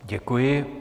Děkuji.